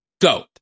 Go